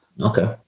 Okay